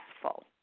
successful